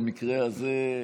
במקרה הזה,